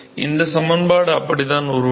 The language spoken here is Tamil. இந்தச் சமன்பாடு அப்படித்தான் உருவானது